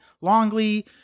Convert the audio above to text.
Longley